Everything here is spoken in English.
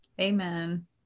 amen